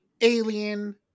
Alien